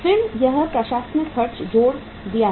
फिर यह प्रशासनिक खर्च जोड़ दिया है